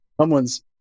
someone's